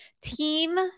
Team